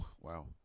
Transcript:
wow